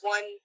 One